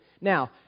now